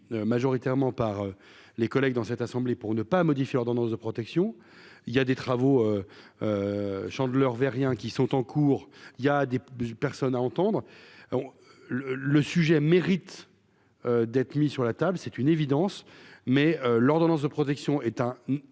majoritairement par les collègues dans cette assemblée pour ne pas modifier l'ordonnance de protection, il y a des travaux Chandler vers rien, qui sont en cours, il y a des personnes à entendre le sujet mérite d'être mis sur la table, c'est une évidence, mais l'ordonnance de protection éteint